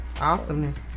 Awesomeness